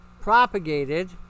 propagated